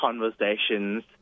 conversations